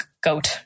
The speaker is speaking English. goat